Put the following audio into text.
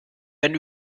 wenn